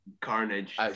carnage